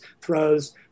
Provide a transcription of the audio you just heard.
throws